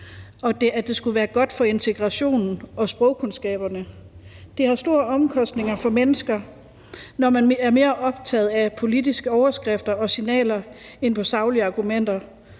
og at det skulle være godt for integrationen og sprogkundskaberne. Det har store omkostninger for mennesker, når man er mere optaget af politiske overskrifter og signaler end af saglige argumenter.